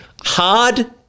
hard